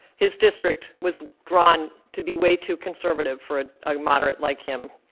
his district was drawn to be way too conservative for a moderate like him.